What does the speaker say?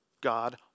God